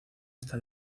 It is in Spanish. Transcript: está